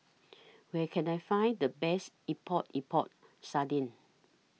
Where Can I Find The Best Epok Epok Sardin